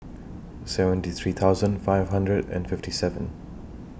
seventy three thousand five hundred and fifty seven